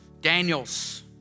Daniels